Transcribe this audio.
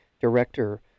director